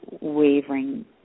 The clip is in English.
wavering